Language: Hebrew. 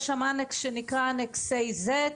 יש שם אנקס שנקרא אנקס AZ,